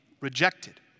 rejected